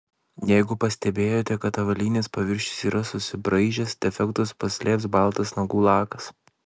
jeigu pastebėjote kad avalynės paviršius yra susibraižęs defektus paslėps baltas nagų lakas